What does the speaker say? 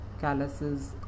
calluses